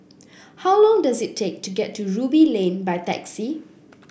how long does it take to get to Ruby Lane by taxi